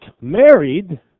married